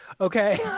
Okay